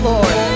Lord